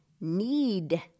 Need